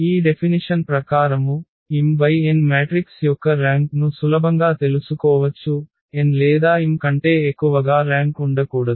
ఈ డెఫినిషన్ ప్రకారము m × n matrix యొక్క ర్యాంక్ ను సులభంగా తెలుసుకోవచ్చు n లేదా m కంటే ఎక్కువగా ర్యాంక్ ఉండకూడదు